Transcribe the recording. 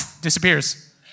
disappears